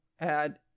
add